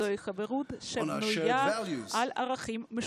זוהי חברות שבנויה על ערכים משותפים.